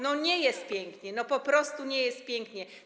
No nie jest pięknie, po prostu nie jest pięknie.